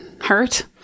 hurt